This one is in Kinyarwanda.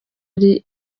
ari